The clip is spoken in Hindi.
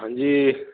हाँ जी